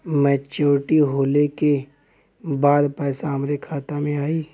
Maturity होले के बाद पैसा हमरे खाता में आई?